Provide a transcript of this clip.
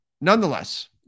nonetheless